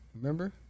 remember